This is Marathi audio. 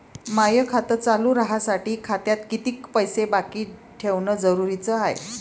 माय खातं चालू राहासाठी खात्यात कितीक पैसे बाकी ठेवणं जरुरीच हाय?